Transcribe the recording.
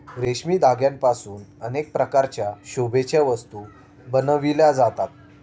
रेशमी धाग्यांपासून अनेक प्रकारच्या शोभेच्या वस्तू बनविल्या जातात